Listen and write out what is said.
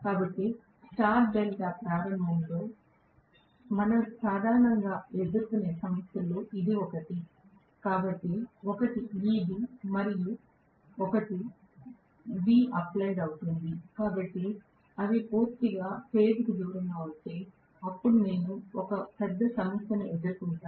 కాబట్టి star delta ప్రారంభంలో మనం సాధారణంగా ఎదుర్కొనే సమస్యలలో ఇది ఒకటి కాబట్టి ఒకటి Eb మరొకటి Vapplied అవుతుంది కాబట్టి అవి పూర్తిగా ఫేజ్ కు దూరంగా ఉంటే అప్పుడు నేను ఒక పెద్ద సమస్యను ఎదుర్కొంటాను